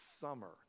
summer